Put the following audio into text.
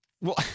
Well-